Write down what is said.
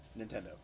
Nintendo